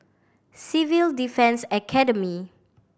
Civil Defence Academy